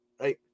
right